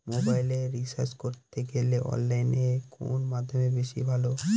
মোবাইলের রিচার্জ করতে গেলে অনলাইনে কোন মাধ্যম বেশি ভালো?